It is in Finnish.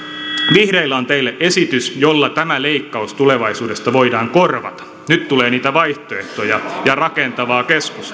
vihreillä on teille esitys jolla tämä leikkaus tulevaisuudesta voidaan korvata nyt tulee niitä vaihtoehtoja ja rakentavaa keskustelua